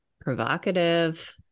Provocative